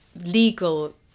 legal